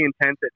intense